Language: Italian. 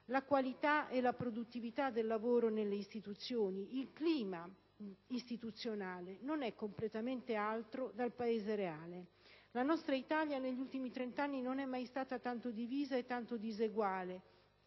la qualità e la produttività del lavoro nelle istituzioni, il clima istituzionale non è completamente altro dal Paese reale. La nostra Italia negli ultimi trent'anni non è mai stata tanto divisa e tanto diseguale,